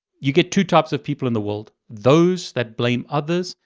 you get two types of people in the world, those that blame others,